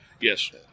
Yes